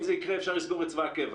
אם זה יקרה, אפשר לסגור את צבא הקבע.